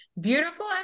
beautiful